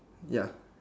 ya